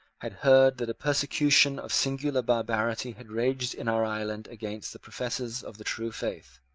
had heard that a persecution of singular barbarity had raged in our island against the professors of the true faith,